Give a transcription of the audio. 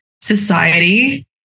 society